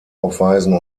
aufweisen